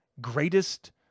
greatest